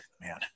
man